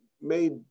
made